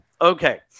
Okay